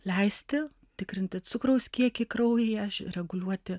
leisti tikrinti cukraus kiekį kraujyje reguliuoti